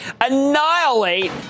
annihilate